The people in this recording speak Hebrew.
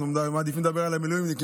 אנחנו מעדיפים לדבר על המילואימניקים.